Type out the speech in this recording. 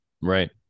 Right